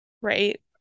right